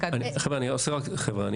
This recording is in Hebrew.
חבר'ה,